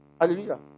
Hallelujah